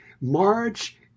March